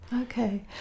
Okay